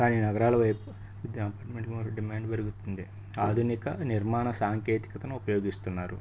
కాని నగరాల వైపు అపార్ట్మెంట్ డిమాండ్ పెరుగుతుంది ఆధునిక నిర్మాణ సాంకేతికతను ఉపయోగిస్తున్నారు